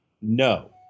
no